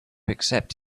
accept